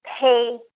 pay